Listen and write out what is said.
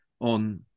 on